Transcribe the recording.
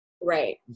Right